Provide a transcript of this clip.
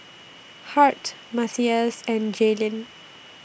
Hart Mathias and Jaelynn